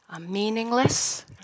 meaningless